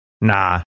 Nah